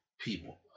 people